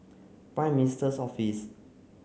prime minister's office